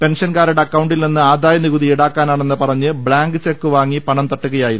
പെൻഷൻകാരുടെ അക്കൌണ്ടിൽ നിന്ന് ആദായ നികുതി ഈടാക്കാനെന്ന് പറഞ്ഞ് ബ്ലാങ്ക് ചെക്ക് വാങ്ങി പണം തട്ടുകയായിരുന്നു